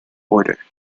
order